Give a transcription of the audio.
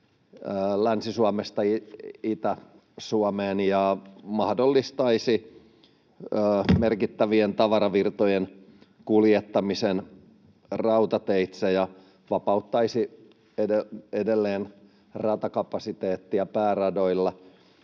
Länsi-Suomesta Itä-Suomeen ja mahdollistaisi merkittävien tavaravirtojen kuljettamisen rautateitse ja vapauttaisi edelleen ratakapasiteettia pääradoilla.